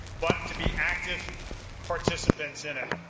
but to be active participants in it.